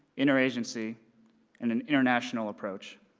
interagency, and an international approach.